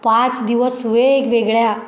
पाच दिवस वेगवेगळ्या